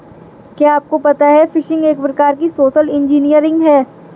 क्या आपको पता है फ़िशिंग एक प्रकार की सोशल इंजीनियरिंग है?